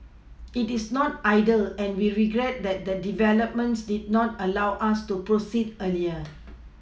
it is not ideal and we regret that the developments did not allow us to proceed earlier